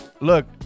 look